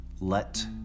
let